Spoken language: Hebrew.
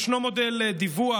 ישנו מודל דיווח,